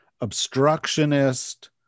obstructionist